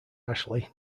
ashley